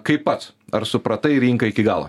kaip pats ar supratai rinką iki galo